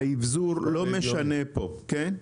והאבזור לא משנה פה, כן?